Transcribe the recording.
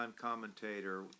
commentator